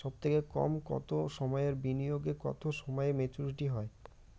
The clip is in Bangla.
সবথেকে কম কতো সময়ের বিনিয়োগে কতো সময়ে মেচুরিটি হয়?